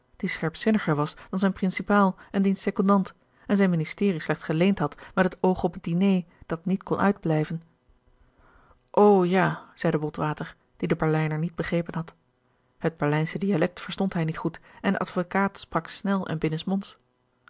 die scherpzinniger was dan zijn principaal en diens secondant en zijn ministerie slechts geleend had met het oog op het diné dat niet kon uitblijven o ja zeide botwater die den berlijner niet begrepen had het berlijnsche dialect verstond hij niet goed en de advokaat sprak snel en binnensmonds